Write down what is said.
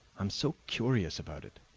am so curious about it.